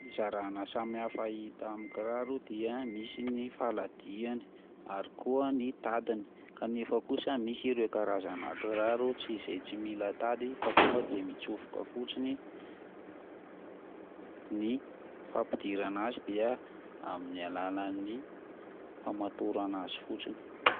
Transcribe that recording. Fizarana samy hafa hita amin'ny kiraro dia misy ny faladihany ary ko ny tadiny kanefa kosa misy ireo karazana kiraro izay tsy mila tady fa tonga de mitsofoka fotsiny ny fampidirana azy dia amin'ny alalany famatorana azy fotsiny.